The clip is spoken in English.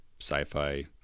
sci-fi